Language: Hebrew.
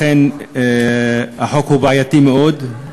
לכן, החוק הוא בעייתי מאוד,